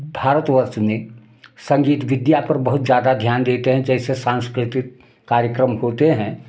भारतवर्ष में संगीत विद्या पर बहुत ज़्यादा ध्यान देते हैं जैसे सांस्कृतिक कार्यक्रम होते हैं